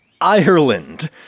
Ireland